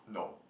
no